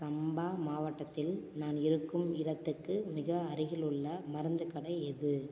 சம்பா மாவட்டத்தில் நான் இருக்கும் இடத்துக்கு மிக அருகிலுள்ள மருந்துக் கடை எது